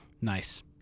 Nice